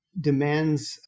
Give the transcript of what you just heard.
demands